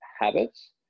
habits